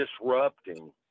disrupting